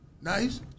nice